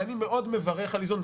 ואני מאוד מברך על איזון,